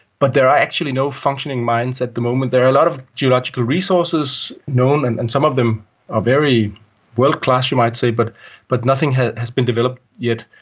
but there are actually no functioning mines at the moment. there are a lot of geological resources known and and some of them are very world-class, you might say, but but nothing has has been developed yet,